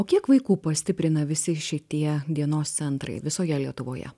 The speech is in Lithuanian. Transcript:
o kiek vaikų pastiprina visi šitie dienos centrai visoje lietuvoje